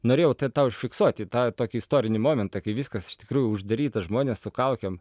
norėjau tą užfiksuoti tą tokį istorinį momentą kai viskas iš tikrųjų uždaryta žmonės su kaukėm